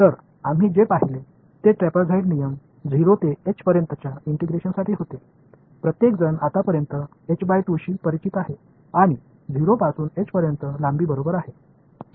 तर आम्ही जे पाहिले ते ट्रॅपेझॉइडल नियम 0 ते एच पर्यंतच्या इंटिग्रलसाठी होते प्रत्येकजण आतापर्यंत शी परिचित आहे आणि 0 पासून h पर्यंत लांबी बरोबर आहे